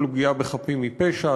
כל פגיעה בחפים מפשע,